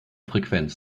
frequenz